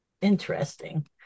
Interesting